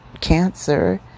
cancer